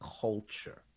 culture